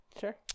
Sure